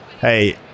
hey